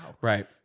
Right